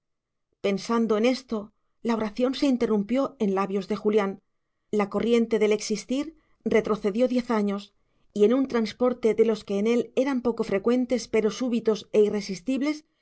pensando en esto la oración se interrumpió en labios de julián la corriente del existir retrocedió diez años y en un transporte de los que en él eran poco frecuentes pero súbitos e irresistibles